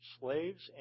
slaves